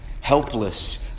helpless